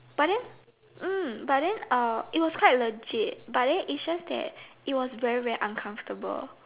but then mm but then uh it was quite legit but then it 's just that it was very very uncomfortable